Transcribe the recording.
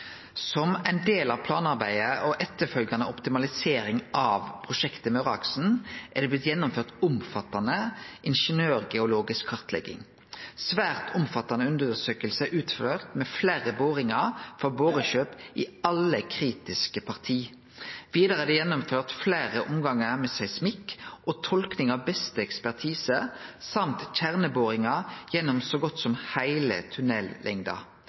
Som ein del av planarbeidet og etterfølgjande optimalisering av prosjektet Møreaksen, er det blitt gjennomført omfattande ingeniørgeologisk kartlegging. Svært omfattande undersøkingar er utført med fleire boringar i alle kritiske parti. Vidare er det gjennomført fleire omgangar med seismikk og tolking av beste ekspertise samt kjerneboringar gjennom så godt som heile